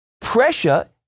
Pressure